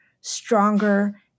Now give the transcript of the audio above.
stronger